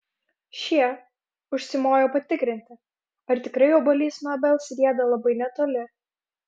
šie užsimojo patikrinti ar tikrai obuolys nuo obels rieda labai netoli